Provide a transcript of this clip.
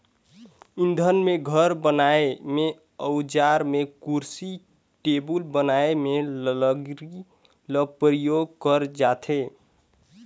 इंधन में, घर बनाए में, अउजार में, कुरसी टेबुल बनाए में लकरी ल परियोग करल जाथे